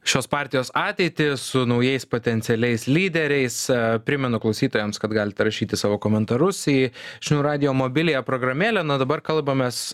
šios partijos ateitį su naujais potencialiais lyderiais primenu klausytojams kad galite rašyti savo komentarus į žinių radijo mobiliąją programėlę na o dabar kalbamės